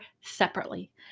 separately